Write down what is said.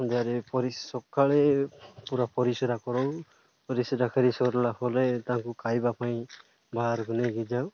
ସନ୍ଧ୍ୟାରେ ପରି ସକାଳେ ପୁରା ପରିସ୍ରା କରଉ ପରିସ୍ରା କରି ସରିଲା ପରେ ତାଙ୍କୁ ଖାଇବା ପାଇଁ ବାହାରକୁ ନେଇକି ଯାଉ